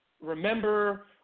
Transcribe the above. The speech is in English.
remember